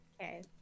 Okay